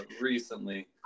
recently